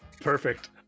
perfect